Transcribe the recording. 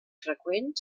freqüents